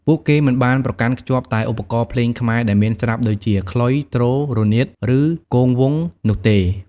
ពួកគេមិនបានប្រកាន់ខ្ជាប់តែឧបករណ៍ភ្លេងខ្មែរដែលមានស្រាប់ដូចជា ខ្លុយ ទ្រ រនាត ឬ គងវង្ស នោះទេ។